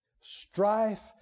strife